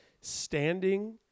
standing